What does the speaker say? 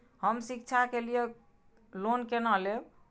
हम शिक्षा के लिए लोन केना लैब?